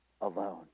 Alone